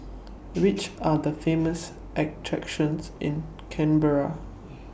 Which Are The Famous attractions in Canberra